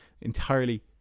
entirely